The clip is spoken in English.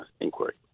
inquiry